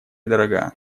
дорога